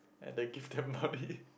and then give them money